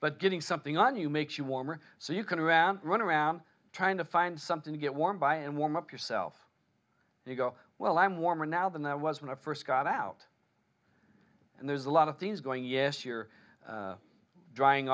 but getting something on you makes you warmer so you can run around trying to find something to get warm by and warm up yourself you go well i'm warmer now than i was when i first got out and there's a lot of things going yes you're drying